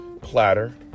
platter